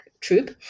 troop